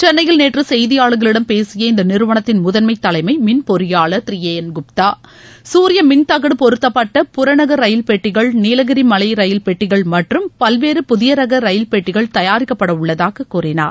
சென்னையில் நேற்று செய்தியாளர்களிடம் பேசிய இந்த நிறுவனத்தின் முதன்மை தலைமை மின் பொறியாளர் திரு என் கே குப்தா சூரிய மின்தகடு பொருத்தப்பட்ட புறநகர் ரயில் பெட்டிகள் நீலகிரி மலை ரயில் பெட்டிகள் மற்றும் பல்வேறு புதிய ரக ரயில் பெட்டிகள் தயாரிக்கப்பட உள்ளதாகக் கூறினார்